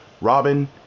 Robin